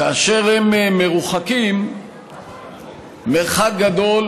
כאשר הם מרוחקים מרחק גדול